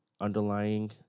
underlying